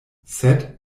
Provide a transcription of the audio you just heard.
sed